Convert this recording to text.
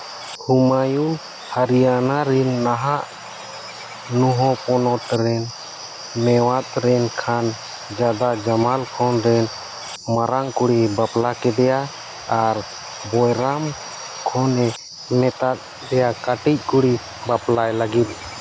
ᱦᱩᱢᱟᱭᱩ ᱦᱚᱨᱤᱭᱟᱱᱟ ᱨᱮᱱ ᱱᱟᱦᱟᱜ ᱱᱚᱦᱚ ᱯᱚᱱᱚᱛ ᱨᱮᱱ ᱱᱮᱣᱟᱫ ᱨᱮᱱ ᱠᱷᱟᱱ ᱡᱟᱫᱟ ᱡᱟᱢᱟᱞ ᱠᱷᱚᱱ ᱨᱮᱱ ᱢᱟᱨᱟᱝ ᱠᱩᱲᱤ ᱵᱟᱯᱞᱟ ᱠᱮᱫᱮᱭᱟ ᱟᱨ ᱵᱳᱭᱨᱟᱢ ᱠᱷᱚᱱᱮ ᱢᱮᱛᱟᱫ ᱯᱮᱭᱟ ᱠᱟᱹᱴᱤᱡ ᱠᱩᱲᱤ ᱵᱟᱯᱞᱟᱭ ᱞᱟᱹᱜᱤᱫ